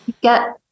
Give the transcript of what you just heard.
get